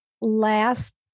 last